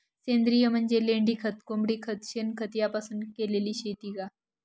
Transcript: सेंद्रिय म्हणजे लेंडीखत, कोंबडीखत, शेणखत यापासून केलेली शेती का?